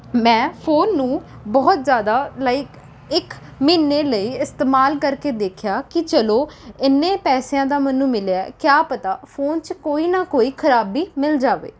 ਮੈਂ ਫ਼ੋਨ ਨੂੰ ਬਹੁਤ ਜ਼ਿਆਦਾ ਲਾਈਕ ਇੱਕ ਮਹੀਨੇ ਲਈ ਇਸਤੇਮਾਲ ਕਰਕੇ ਦੇਖਿਆ ਕਿ ਚਲੋ ਇੰਨੇ ਪੈਸਿਆਂ ਦਾ ਮੈਨੂੰ ਮਿਲਿਆ ਕਿਆ ਪਤਾ ਫ਼ੋਨ 'ਚ ਕੋਈ ਨਾ ਕੋਈ ਖਰਾਬੀ ਮਿਲ ਜਾਵੇ